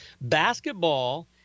Basketball